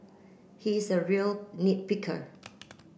he is a real nit picker